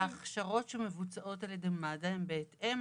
ההכשרות שמבוצעות על ידי מד"א הן בהתאם